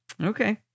Okay